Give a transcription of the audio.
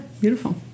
beautiful